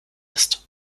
ist